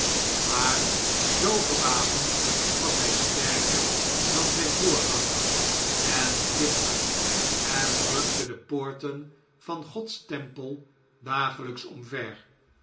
maar zoo gewapend was hh sterker dan zu'n voorganger en blinder en rukte de poorten van gods tempel dageljjks omver